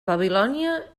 babilònia